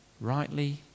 rightly